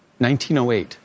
1908